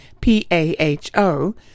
PAHO